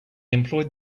employed